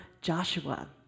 Joshua